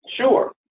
Sure